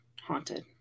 haunted